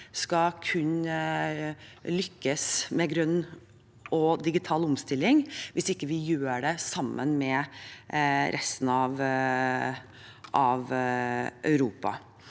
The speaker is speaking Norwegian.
skal kunne lykkes med grønn og digital omstilling, hvis ikke vi gjør det sammen med resten av Europa.